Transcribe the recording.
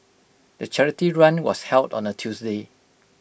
the charity run was held on A Tuesday